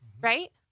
right